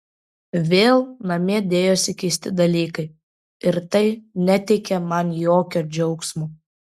vėl namie dėjosi keisti dalykai ir tai neteikė man jokio džiaugsmo